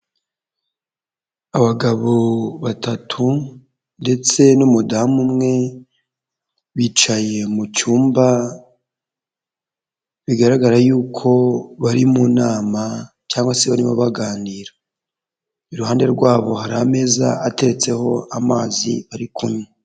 Abagabo batatu ndetse n'umudamu umwe, bicaye mu cyumba, bigaragara yuko bari mu nama cyangwa se barimo baganira, iruhande rwabo hari ameza ateretseho amazi bari kunywa.